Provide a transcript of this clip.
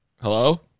Hello